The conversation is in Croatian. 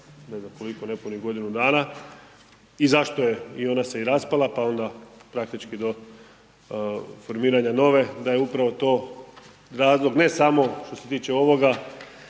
je bila, nepunih godinu dana i zašto je i ona se i raspala, pa onda praktički do formiranja nove da je upravo to razlog ne samo što se tiče ovoga,